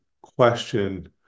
question